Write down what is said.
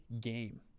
game